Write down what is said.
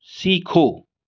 सीखो